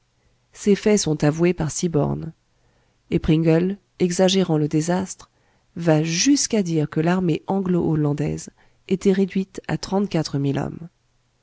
ces faits sont avoués par siborne et pringle exagérant le désastre va jusqu'à dire que l'armée anglo hollandaise était réduite à trente-quatre mille hommes